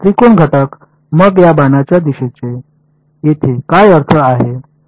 त्रिकोण घटक मग या बाणांच्या दिशेचा येथे काय अर्थ आहे